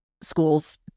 schools